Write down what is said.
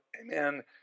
amen